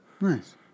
Nice